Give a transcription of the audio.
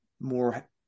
more